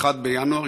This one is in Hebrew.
ב-1 בינואר,